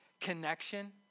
Connection